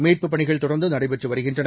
மீட்புப் பணிகள் தொடர்ந்து நடைபெற்று வருகின்றன